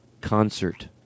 concert